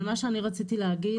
אבל מה שאני רציתי להגיד,